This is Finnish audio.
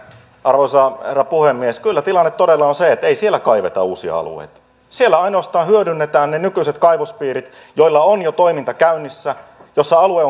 arvoisa herra puhemies kyllä tilanne todella on se että ei siellä kaiveta uusia alueita siellä ainoastaan hyödynnetään ne nykyiset kaivospiirit joilla on jo toiminta käynnissä joissa alue